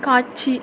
காட்சி